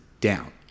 down